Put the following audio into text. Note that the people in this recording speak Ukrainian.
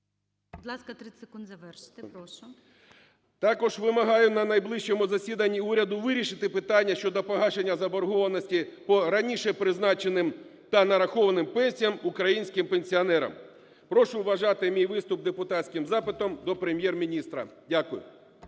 Також вимагаю на найближчому засіданні уряду вирішити питання щодо погашення заборгованості по раніше призначеним та нарахованим пенсіям українським пенсіонерам. Прошу вважати мій виступ депутатським запитом до Прем’єр-міністра. Дякую.